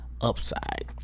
upside